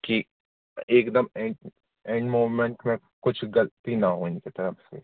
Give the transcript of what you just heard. कि एकदम end end moment में कुछ गलती ना हो इनकी तरफ से